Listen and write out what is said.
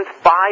five